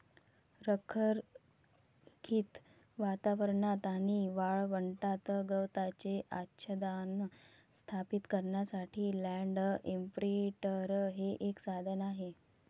रखरखीत वातावरणात आणि वाळवंटात गवताचे आच्छादन स्थापित करण्यासाठी लँड इंप्रिंटर हे एक साधन आहे